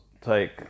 take